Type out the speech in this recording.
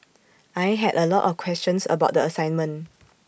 I had A lot of questions about the assignment